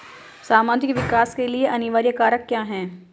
सामाजिक विकास के लिए अनिवार्य कारक क्या है?